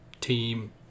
team